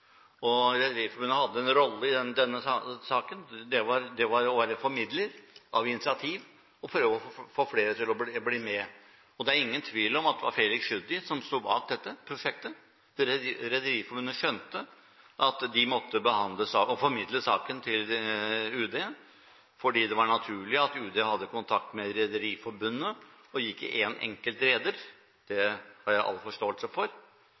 og Rederiforbundet hadde en rolle i denne saken – det var å være formidler av initiativ og prøve å få flere til å bli med. Det er ingen tvil om at det var Felix Tschudi som sto bak dette prosjektet. Rederiforbundet skjønte at de måtte formidle saken til UD, fordi det var naturlig at UD hadde kontakt med Rederiforbundet og ikke én enkelt reder – det har jeg all forståelse for.